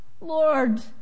Lord